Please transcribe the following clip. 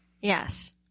Yes